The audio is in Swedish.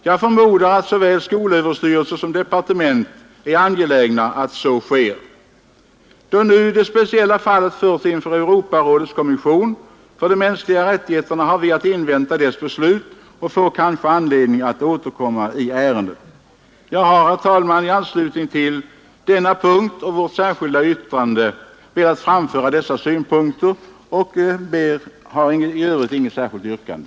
Jag förmodar att såväl skolöverstyrelse som departement är angelägna om att så sker. Då nu det speciella fallet förts inför Europarådets kommission för de mänskliga rättigheterna, har vi att invänta dess beslut och får kanske anledning att återkomma i ärendet. Jag har, herr talman, i anslutning till denna punkt och vårt särskilda yttrande velat framföra dessa synpunkter. Jag har i övrigt inget särskilt yrkande.